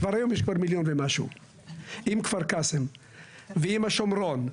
כבר היום יש מיליון ומשהו עם כפר קאסם ועם השומרון.